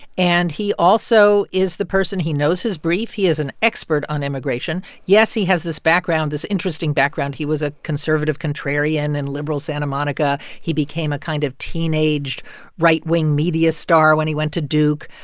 and he also is the person he knows his brief. he is an expert on immigration. yes, he has this background, this interesting background. he was a conservative contrarian in liberal santa monica. he became a kind of teenaged right-wing media star when he went to duke.